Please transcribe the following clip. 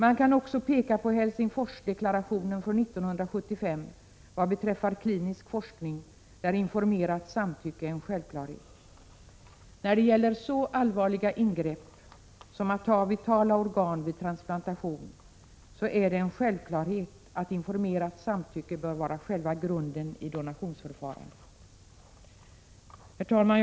Jag kan också peka på Helsingforsdeklarationen från 1975 vad beträffar klinisk forskning, där informerat samtycke är en självklarhet. När det gäller så allvarliga ingrepp som att ta vitala organ vid transplantation är det en självklarhet att informerat samtycke bör vara själva grunden i donationsförfarandet. Herr talman!